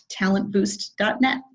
talentboost.net